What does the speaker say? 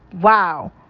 Wow